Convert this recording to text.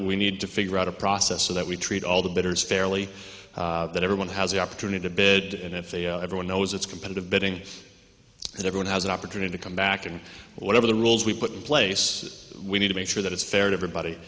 we need to figure out a process so that we treat all the bettors fairly that everyone has the opportunity to bed and if they everyone knows it's competitive bidding and everyone has an opportunity to come back and whatever the rules we put in place we need to make sure that it's fair to everybody